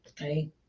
Okay